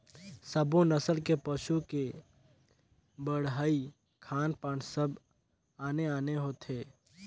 सब्बो नसल के पसू के बड़हई, खान पान सब आने आने होथे